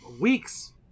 weeks